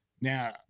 Now